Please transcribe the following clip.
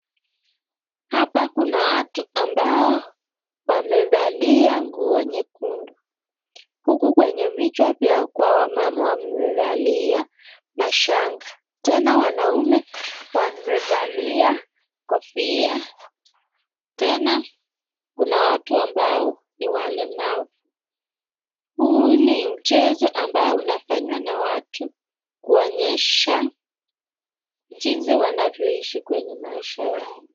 Hapa kuna watu ambao wamevalia nguo nyekundu, huku kwenye vijwa vyao kwa wamama wamevalia mashanga tena wanaume wamevalia kofia tena kuna watu ambao ni walemavu. Huu ni mchezo ambao unafanywa na watu kuonyesha jinsi wanavyoishi kwenye maisha yao.